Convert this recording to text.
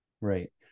Right